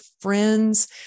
friends